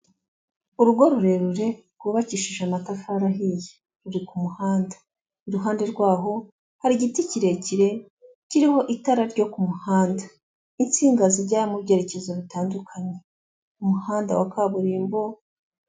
Urugo rurerure rwubakishije amatafari ahiye ruri ku muhanda, iruhande rwaho hari igiti kirekire kiriho itara ryo ku muhanda, insinga zijya mu byerekezo bitandukanye, umuhanda wa kaburimbo.